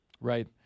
Right